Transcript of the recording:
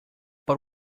but